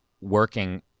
working